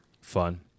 fun